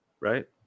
right